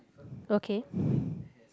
okay